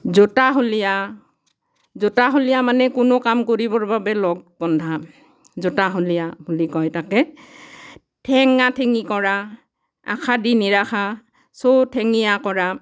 জোতাসলীয়া জোতাসলীয়া মানে কোনো কাম কৰিবৰ বাবে লগ বন্ধা জোতাসলীয়া বুলি কয় তাকে ঠেঙা ঠেঙী কৰা আশা দি নিৰাশা চৌঠেঙীয়া কৰা